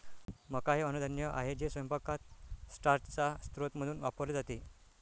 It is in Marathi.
मका हे अन्नधान्य आहे जे स्वयंपाकात स्टार्चचा स्रोत म्हणून वापरले जाते